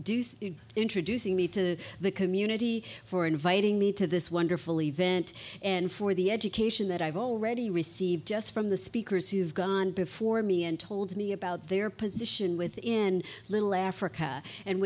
in introducing me to the community for inviting me to this wonderful event and for the education that i've already received just from the speakers who have gone before me and told me about their position within little africa and